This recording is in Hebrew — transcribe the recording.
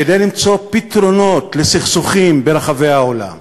כדי למצוא פתרונות לסכסוכים ברחבי העולם.